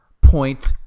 point